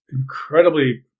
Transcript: incredibly